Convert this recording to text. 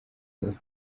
huye